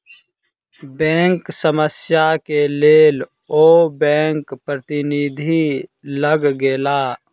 bank समस्या के लेल ओ बैंक प्रतिनिधि लग गेला